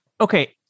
Okay